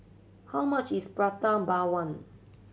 how much is Prata Bawang